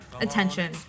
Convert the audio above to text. attention